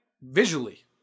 visually